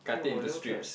no I never tried